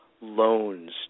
loans